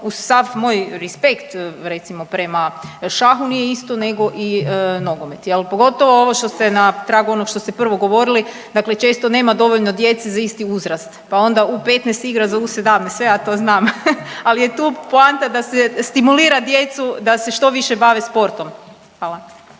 uz sav moj respekt recimo prema šahu nije isto nego i nogomet, pogotovo ovo što ste na tragu onog što ste prvo govorili, dakle često nema dovoljno djece za isti uzrast, pa onda u 15 igra zovu 17, sve ja to znam. Ali je tu poanta da se stimulira djecu da se što više bave sportom. Hvala.